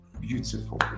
beautiful